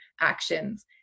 actions